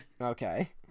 Okay